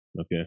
Okay